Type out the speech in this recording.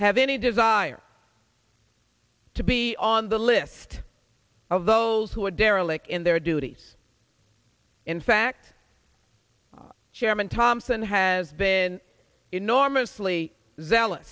have any desire to be on the list of those who are derelict in their duties in fact chairman thompson has been enormously